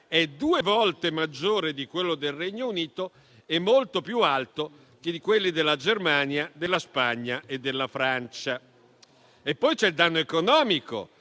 è due volte maggiore di quello del Regno Unito e molto più alto di quelli della Germania, della Spagna e della Francia. C'è poi il danno economico,